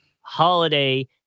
holiday